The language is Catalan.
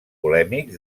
polèmics